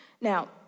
Now